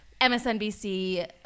MSNBC